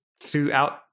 throughout